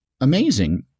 amazing